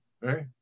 right